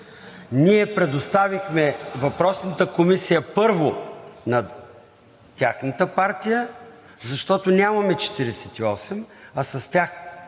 ние предоставихме въпросната комисия първо на тяхната партия, защото нямаме 48, а с тях